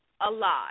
alive